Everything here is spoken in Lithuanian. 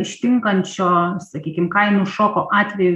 ištinkančio sakykim kainų šoko atveju